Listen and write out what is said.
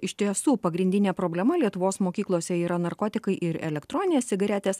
iš tiesų pagrindinė problema lietuvos mokyklose yra narkotikai ir elektroninės cigaretės